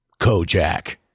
Kojak